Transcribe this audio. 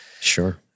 Sure